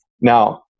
Now